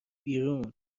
بیرون